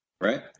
right